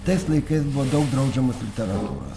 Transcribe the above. tais laikais buvo daug draudžiamos literatūros